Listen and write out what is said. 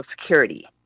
Security